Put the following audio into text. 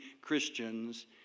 Christians